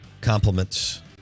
Compliments